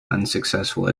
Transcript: unsuccessful